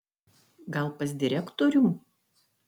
gal pas direktorių